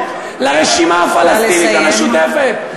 לרשימה הפלסטינית המשותפת,